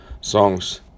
songs